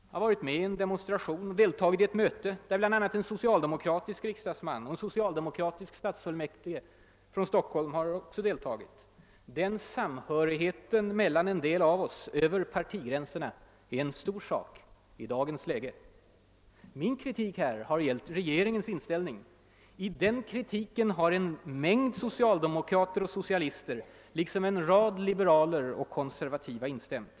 Jag har varit med vid en demonstration och vid ett möte, där bl.a. också en socialdemokratisk riksdagsman och en socialdemokratisk 1edamot av stadsfullmäktige i Stockholm deltagit. Denna samhörighet över partigränserna mellan en del av oss är en stor sak i dagens läge. Min kritik har gällt regeringens inställning. I denna kritik har en mängd socialdemokrater och socialister liksom en rad liberaler och konservativa in stämt.